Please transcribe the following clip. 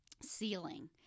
ceiling